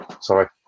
Sorry